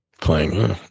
Playing